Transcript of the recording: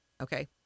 Okay